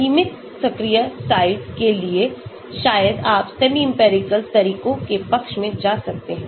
तो सीमित सक्रिय साइट के लिए शायद आप सेमीइंपिरिकल तरीकों के पक्ष में जा सकते हैं